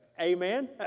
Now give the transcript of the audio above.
Amen